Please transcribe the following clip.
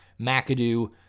McAdoo